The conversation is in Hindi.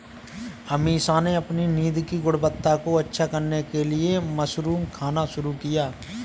अमीषा ने अपनी नींद की गुणवत्ता को अच्छा करने के लिए मशरूम खाना शुरू किया